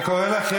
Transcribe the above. אני קורא אותך,